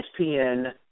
ESPN